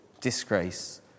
disgrace